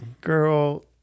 Girl